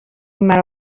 مرا